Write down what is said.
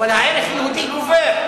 אבל הערך "יהודי" גובר,